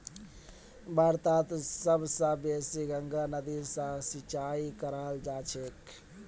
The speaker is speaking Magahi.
भारतत सब स बेसी गंगा नदी स सिंचाई कराल जाछेक